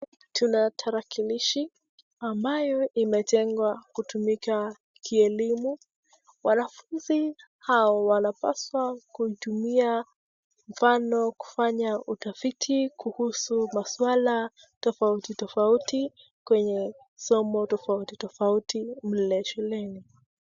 Tuna tarakirishi ambayo imetengwa kutumika kielimu wanafunzi hawa wanapaswa kuitumia mfano kufanya utafiti kuhusu maswala tofauti tofauti kwenye somo tofauti tofauti mle shuleni.